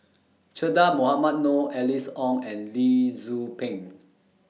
Che Dah Mohamed Noor Alice Ong and Lee Tzu Pheng